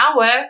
hour